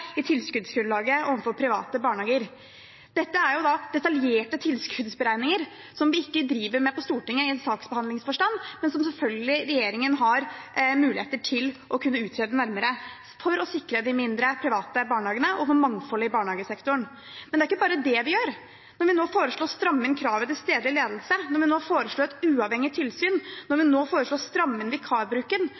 i tilskuddsgrunnlaget overfor private barnehager. Dette er detaljerte tilskuddsberegninger, som vi ikke driver med på Stortinget i saksbehandlingsforstand, men som regjeringen selvfølgelig har muligheter til å kunne utrede nærmere for å sikre de mindre, private barnehagene og mangfoldet i barnehagesektoren. Men det er ikke bare det vi gjør. Når vi nå foreslår å stramme inn kravet til stedlig ledelse, når vi nå foreslår et uavhengig tilsyn, og når vi nå foreslår å stramme inn vikarbruken,